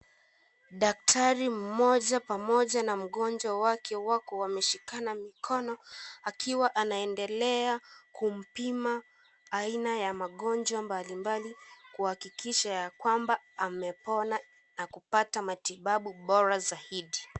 Daktari mmoja pamoja na mgonjwa wake wako wameshikana mikono, akiwa anaendelea kumpima aina ya magonjwa mbalimbali, kuhakikisha ya kwamba amepona na kupata matibabu bora zaidi.